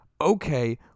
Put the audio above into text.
okay